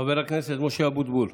חבר הכנסת משה אבוטבול,